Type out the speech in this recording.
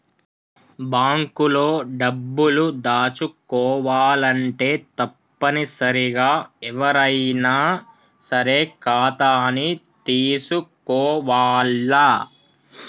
bank లో డబ్బులు దాచుకోవాలంటే తప్పనిసరిగా ఎవ్వరైనా సరే ఖాతాని తీసుకోవాల్ల